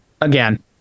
Again